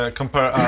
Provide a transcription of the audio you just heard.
compare